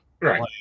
right